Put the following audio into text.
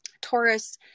Taurus